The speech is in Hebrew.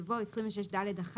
יבוא: "(26ד1)